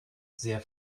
sehr